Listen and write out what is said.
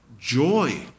joy